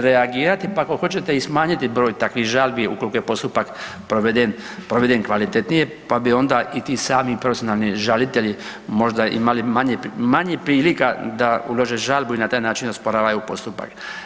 reagirati pa ako hoćete i smanjiti broj takvih žalbi ukoliko je postupak proveden kvalitetnije, pa bi onda i ti sami profesionalni žalitelji možda imali manje prilika da ulože žalbu i na taj način osporavaju postupak.